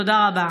תודה רבה.